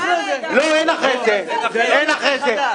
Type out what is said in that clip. אחרי שהן עברו הן נושא חדש.